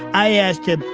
i asked him,